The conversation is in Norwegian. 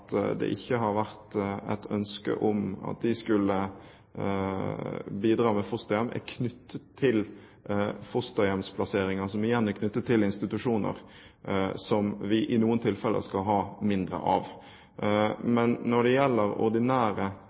at det ikke har vært et ønske om at de skulle bidra med fosterhjem, er knyttet til fosterhjemsplasseringer, som igjen er knyttet til institusjoner som vi i noen tilfeller skal ha mindre av. Men når det gjelder ordinære